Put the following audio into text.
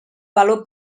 valor